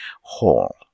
whole